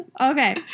Okay